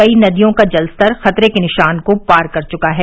कई नदियों का जलस्तर खतरे के निशान को पार कर चुका है